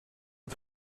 aux